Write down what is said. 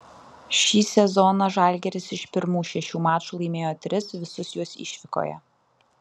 šį sezoną žalgiris iš pirmų šešių mačų laimėjo tris visus juos išvykoje